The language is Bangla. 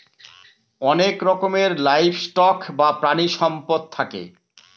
অনেক রকমের লাইভ স্টক বা প্রানীসম্পদ থাকে